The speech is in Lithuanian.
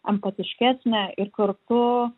empatiškesnė ir kartu